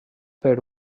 per